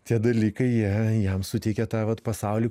tie dalykai jie jam suteikia tą vat pasaulį